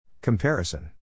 Comparison